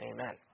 Amen